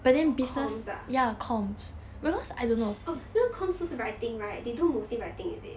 oh comms ah orh you know comms 是不是 writing right they do mostly writing is it